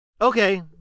Okay